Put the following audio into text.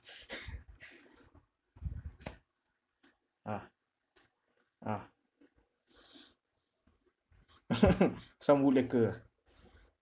ah ah some wood lacquer ah